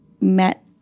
met